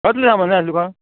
कसलें सामान जाय आशिल्लें तुका